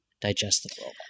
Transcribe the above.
digestible